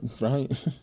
right